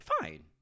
fine